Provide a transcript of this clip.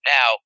Now